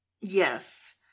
yes